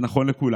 זה נכון לכולם.